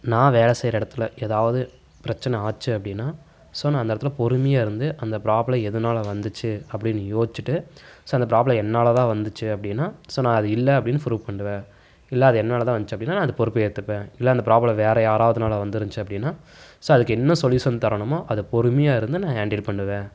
நான் வேலை செய்கிற இடத்துல எதாவது பிரச்சின ஆச்சு அப்படின்னா ஸோ நான் அந்த இடத்துல பொறுமையாக இருந்து அந்த ப்ராப்ளம் எதுனால் வந்துச்சு அப்படின்னு யோசிச்சுட்டு ஸோ அந்த ப்ராப்ளம் என்னால் தான் வந்துச்சு அப்படின்னா ஸோ நான் அது இல்லை அப்படின்னு ப்ரூஃப் பண்ணுவேன் இல்லை அது என்னால் தான் வந்துச்சு அப்படின்னா நான் அந்த பொறுப்பு ஏற்றுப்பேன் இல்லை அந்த ப்ராப்ளம் வேறு யாராவதுனால வந்துருந்துச்சு அப்படின்னா ஸோ அதுக்கு என்ன சொல்யூசன் தரணுமோ அதை பொறுமையாக இருந்து நான் ஹேண்டில் பண்ணுவேன்